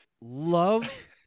love